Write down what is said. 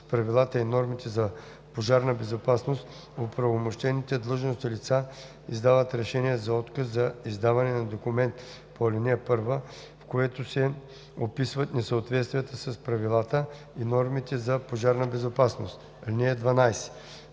правилата и нормите за пожарна безопасност оправомощените длъжностни лица издават решение за отказ за издаване на документ по ал. 1, в което се описват несъответствията с правилата и нормите за пожарна безопасност. (12)